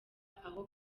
aho